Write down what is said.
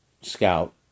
Scout